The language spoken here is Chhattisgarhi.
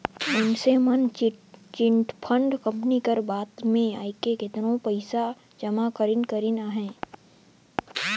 मइनसे मन चिटफंड कंपनी कर बात में आएके केतनो पइसा जमा करिन करिन अहें